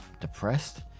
depressed